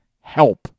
help